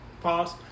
pause